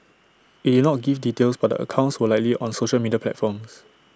IT did not give details but the accounts were likely on social media platforms